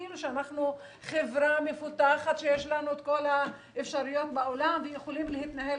כאילו אנחנו חברה מפותחת שיש לנו את כל האפשרויות בעולם ויכולים להתנהל.